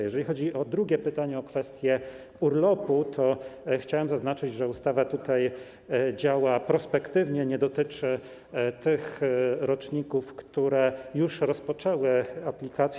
Jeżeli chodzi o drugie pytanie, o kwestię urlopu, to chciałem zaznaczyć, że ustawa tutaj działa prospektywnie, nie dotyczy tych roczników, które już rozpoczęły aplikację.